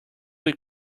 will